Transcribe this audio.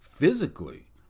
physically